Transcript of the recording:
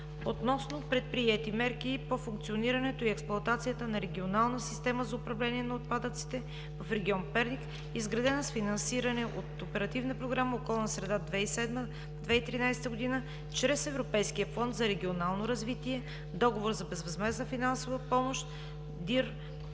относно предприети мерки по функционирането и експлоатацията на Регионална система за управление на отпадъците в регион Перник, изградена с финансиране от Оперативна програма „Околна среда“ 207 – 2013 г. чрез Европейския фонд за регионално развитие, Договор за безвъзмездна финансова помощ,